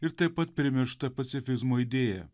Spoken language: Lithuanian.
ir taip pat primirštą pacifizmo idėją